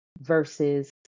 versus